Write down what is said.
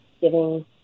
giving